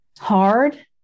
Hard